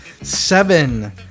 Seven